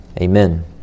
Amen